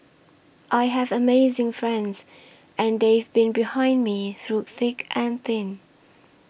I have amazing friends and they've been behind me through thick and thin